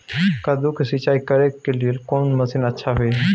कद्दू के सिंचाई करे के लेल कोन मसीन अच्छा होय है?